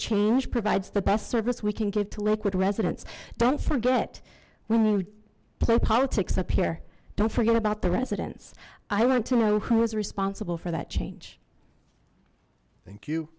change provides the best service we can give to liquid residents don't forget when you play politics up here don't forget about the residence i want to know who is responsible for that change thank you